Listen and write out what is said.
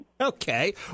Okay